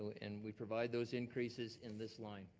and we provide those increases in this line.